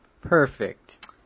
perfect